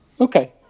Okay